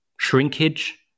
shrinkage